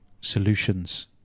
solutions